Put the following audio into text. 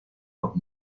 los